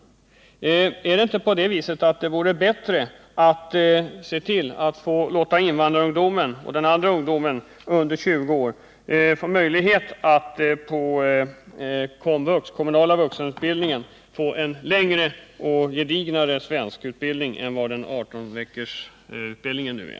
Vore det inte bättre att se till att invandrarungdomen fick möjligheter att i den kommunala vuxenutbildningen genomgå en längre och gedignare svenskundervisning än vad artonveckorskursen nu ger?